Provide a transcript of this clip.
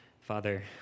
Father